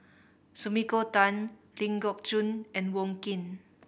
Sumiko Tan Ling Geok Choon and Wong Keen